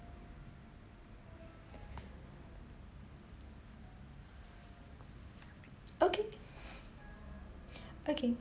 okay okay